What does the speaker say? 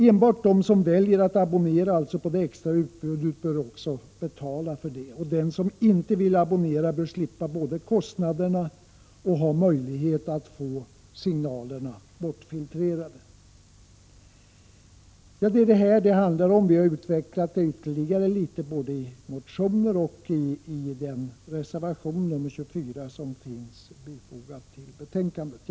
Enbart de som väljer att abonnera på det extra utbudet bör alltså betala för detta. Den som inte vill abonnera bör både slippa kostnaderna och ha möjlighet att få signaler bortfiltrerade. Vi har utvecklat detta resonemang ytterligare både i motioner och i reservation nr 24, som finns bifogad till betänkandet.